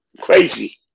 Crazy